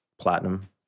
platinum